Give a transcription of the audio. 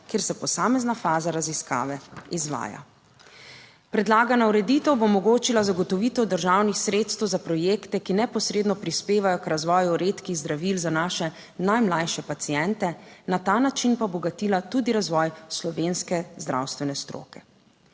kjer se posamezna faza raziskave izvaja. Predlagana ureditev bo omogočila zagotovitev državnih sredstev za projekte, ki neposredno prispevajo k razvoju redkih zdravil za naše najmlajše paciente, na ta način pa bogatila tudi razvoj slovenske zdravstvene stroke.